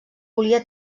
volia